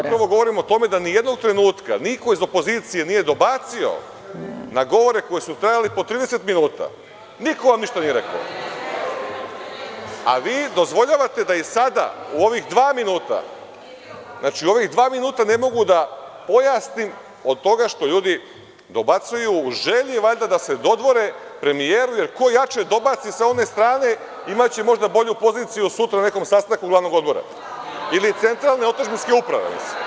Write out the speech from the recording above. Ne, upravo govorim o tome da nijednog trenutka niko iz opozicije nije dobacio na govore koji su trajali po trideset minuta, niko vam ništa nije rekao, a vi dozvoljavate da i sada, u ova dva minuta ne mogu da pojasnim zbog toga što ljudi dobacuju, valjda u želji da se dodvore premijeru, jer ko jače dobaci sa one strane imaće možda bolju poziciju sutra na nekom sastanku glavnog odbora ili centralne otadžbinske uprave.